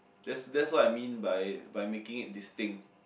that's that's what I mean by by making it distinct